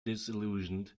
disillusioned